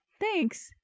Thanks